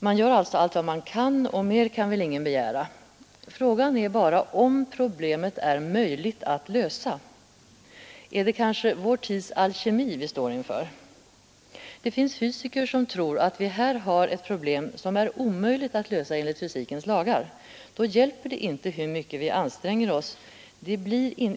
Man gör alltså allt vad man kan, och mer kan väl ingen begära. Frågan är bara om problemet är möjligt att lösa. Är det kanske vår tids alkemi vi står inför? Det finns fysiker som tror att vi här har ett problem som är omöjligt att lösa enligt fysikens lagar. Då hjälper det inte hur mycket vi anstränger oss.